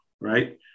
right